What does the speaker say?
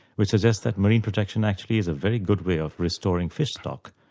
which suggests that marine protection actually is a very good way of restoring fish stock.